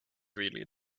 really